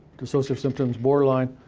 dissociative symptoms, borderline.